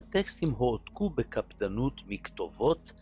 טקסטים הועתקו בקפדנות מכתובות